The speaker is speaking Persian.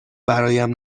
برایم